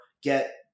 get